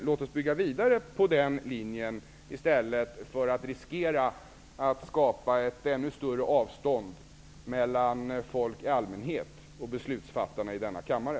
Låt oss bygga vidare på den linjen i stället för att riskera att det skapas ett ännu större avstånd mellan folk i allmänhet och beslutsfattarna i denna kammare!